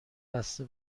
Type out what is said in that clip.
بسته